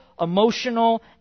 emotional